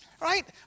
right